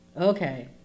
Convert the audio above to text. Okay